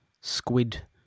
squid